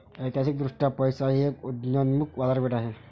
ऐतिहासिकदृष्ट्या पैसा ही एक उदयोन्मुख बाजारपेठ आहे